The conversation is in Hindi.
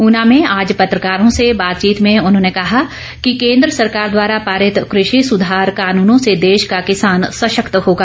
ऊना में आज पत्रकारों से बातचीत में उन्होंने कहा कि केन्द्र सरकार द्वारा पारित कृषि सुधार कानूनों से देश का किसान सशक्त होगा